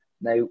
Now